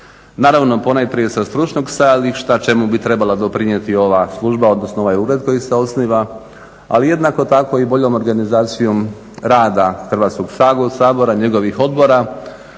naravno ponajprije sa stručnog stajališta čemu bi trebala doprinijeti ova služba, odnosno ovaj ured koji se osniva. Ali jednako tako i boljom organizacijom rada Hrvatskog sabora, njegovih odbora